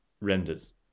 renders